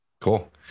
cool